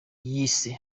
yise